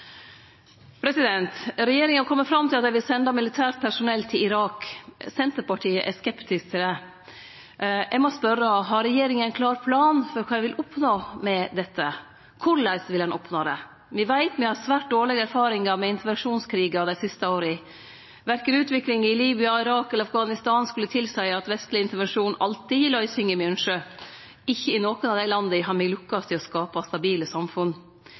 Regjeringa har kome fram til at dei vil sende militært personell til Irak. Senterpartiet er skeptisk til det. Eg må spørje: Har regjeringa ein klar plan for kva ein vil oppnå med dette? Korleis vil ein oppnå det? Me veit at me har svært dårlege erfaringar med intervensjonskrigar dei siste åra. Utviklinga korkje i Libya, Irak eller Afghanistan skulle tilseie at vestleg intervensjon alltid gir løysingar me ønskjer. Ikkje i nokon av dei landa har me lukkast i å skape stabile samfunn.